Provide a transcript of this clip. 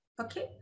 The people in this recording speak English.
okay